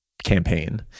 Campaign